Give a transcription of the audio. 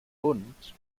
und